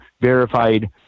verified